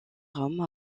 rome